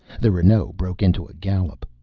the renault broke into a gallop.